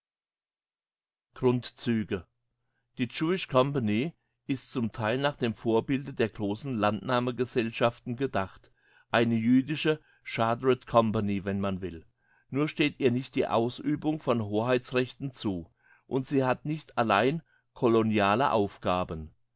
grundzüge die jewish company ist zum theil nach dem vorbilde der grossen landnahmegesellschaften gedacht eine jüdische chartered company wenn man will nur steht ihr nicht die ausübung von hoheitsrechten zu und sie hat nicht allein coloniale aufgaben